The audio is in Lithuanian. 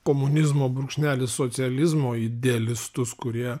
komunizmo brūkšnelis socializmo idealistus kurie